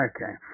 Okay